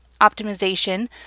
optimization